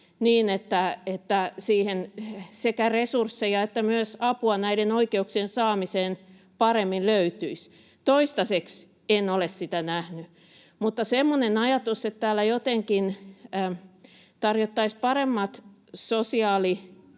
niin että sekä resursseja että myös apua näiden oikeuksien saamiseen paremmin löytyisi. Toistaiseksi en ole sitä nähnyt. Mutta semmoinen ajatus, että täällä jotenkin tarjottaisiin paremmat sosiaalihuollon